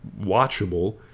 watchable